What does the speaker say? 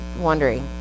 wondering